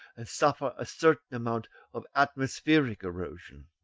and suffer a certain amount of atmospheric erosion.